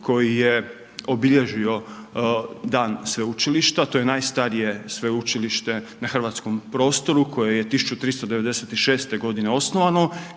koji je obilježio dan sveučilišta, to je najstarije sveučilište na hrvatskom prostoru koje je 1396. g. osnovano